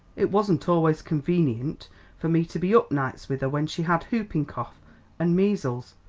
it wasn't always convenient for me to be up nights with her when she had whooping-cough and measles,